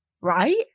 Right